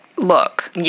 Look